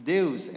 Deus